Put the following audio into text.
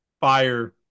fire